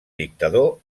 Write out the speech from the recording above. dictador